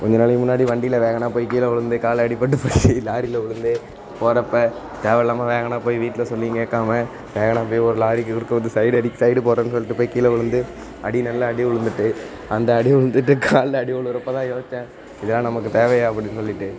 கொஞ்ச நாளைக்கு முன்னாடி வண்டியில் வேகனாக போய் கீழ விலுந்து கால் அடிப்பட்டு போய்டுச்சு லாரியில கீலுந்து போறப்போ தேவையில்லாம வேகனாக போய் வீட்டில் சொல்லியும் கேட்காம வேகனாக போய் ஒரு லாரிக்கு குறுக்கே வந்து சைட் அடி சைடு போட்றேன்னு சொல்லிட்டு போய் கீழ விலுந்து அடி நல்லா அடி விலுந்துட்டு அந்த அடி விலுந்துட்டு காலில் அடி விலுவுறப்ப தான் யோசிச்சேன் இதெல்லாம் நமக்கு தேவையா அப்படின்னு சொல்லிவிட்டு